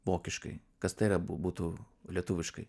vokiškai kas tai yra būtų lietuviškai